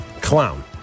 Clown